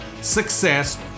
success